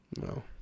No